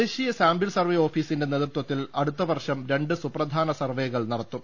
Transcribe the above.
ദേശീയ sample survey ഓഫീസിന്റെ നേതൃത്വത്തിൽ അടുത്ത വർഷം രണ്ട് സുപ്രധാന സർവേകൾ നടത്തും